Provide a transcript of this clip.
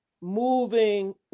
moving